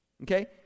okay